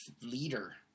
leader